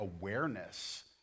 awareness